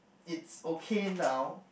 it's okay now